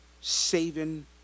saving